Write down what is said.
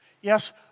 Yes